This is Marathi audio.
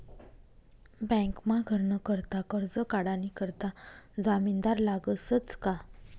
बँकमा घरनं करता करजं काढानी करता जामिनदार लागसच का